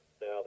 now